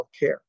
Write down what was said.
healthcare